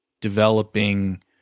developing